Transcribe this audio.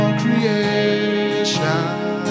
creation